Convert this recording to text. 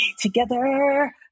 together